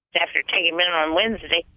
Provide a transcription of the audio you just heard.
after taking him in on wednesday,